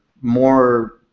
more